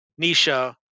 Nisha